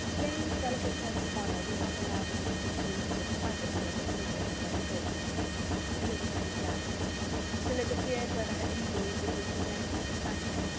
jane's delicate sense of honour would not allow her to speak to elizabeth privately of what lydia had let fall elizabeth was glad of it till it appeared whether her inquiries would receive any satisfaction,